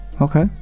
okay